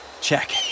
Check